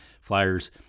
Flyers